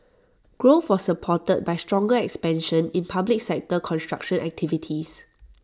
growth was supported by stronger expansion in public sector construction activities